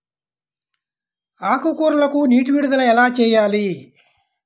ఆకుకూరలకు నీటి విడుదల ఎలా చేయాలి?